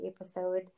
episode